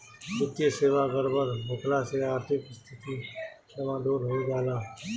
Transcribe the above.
वित्तीय सेवा गड़बड़ होखला से आर्थिक स्थिती डमाडोल हो जाला